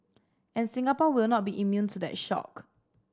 and Singapore will not be immune to that shock